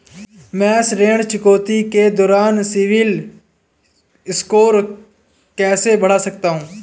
मैं ऋण चुकौती के दौरान सिबिल स्कोर कैसे बढ़ा सकता हूं?